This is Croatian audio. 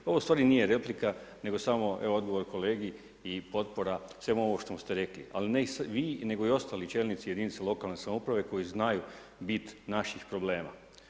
Pa ovo u stvari nije replika nego samo evo odgovor kolegi i potpora svemu ovome što ste rekli, ali ne vi nego i ostali čelnici jedinice lokalne samouprave koji znaju bit naših problema.